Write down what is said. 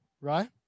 Right